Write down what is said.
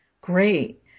Great